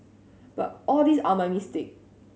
but all these are my mistake